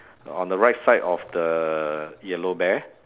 on the right side of the yellow bear